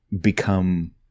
become